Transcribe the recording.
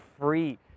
free